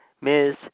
Ms